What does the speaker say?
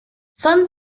some